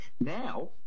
Now